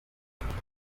gitondo